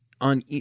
on